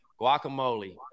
guacamole